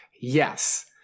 yes